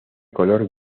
color